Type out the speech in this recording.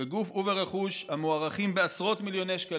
וברכוש המוערכים בעשרות מיליוני שקלים.